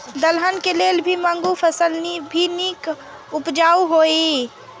दलहन के लेल भी मूँग फसल भी नीक उपजाऊ होय ईय?